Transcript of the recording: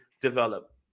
develop